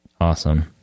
Awesome